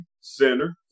Center